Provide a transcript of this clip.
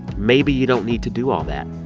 maybe you don't need to do all that.